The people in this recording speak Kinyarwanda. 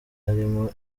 harimo